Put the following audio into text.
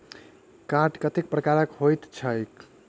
Card कतेक प्रकारक होइत छैक?